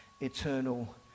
eternal